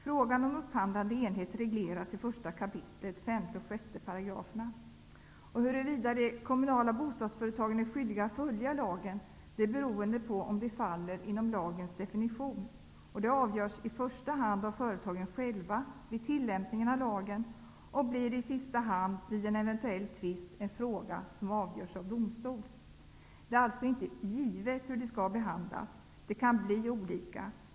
Frågan om upphandlande enhet regleras i 1 kap. 5 och 6 §§. Huruvida de kommunala bostadsföretagen är skyldiga att följa lagen beror på om de faller inom lagens definition. Det avgörs i första hand av företagen själva vid tillämpningen av lagen. I sista hand, vid en eventuell tvist, blir det en fråga som avgörs av domstol. Det är alltså inte givet hur de skall behandlas. Det kan bli olika.